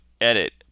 edit